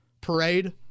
parade